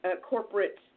corporate